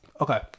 Okay